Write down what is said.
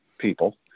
people